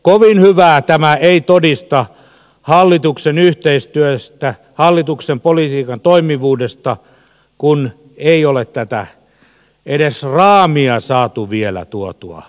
kovin hyvää tämä ei todista hallituksen yhteistyöstä hallituksen politiikan toimivuudesta kun ei ole edes tätä raamia saatu vielä tuotua eduskunnalle